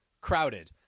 crowded